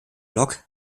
lok